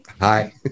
Hi